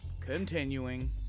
continuing